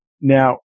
Now